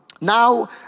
Now